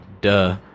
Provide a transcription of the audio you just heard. Duh